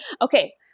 okay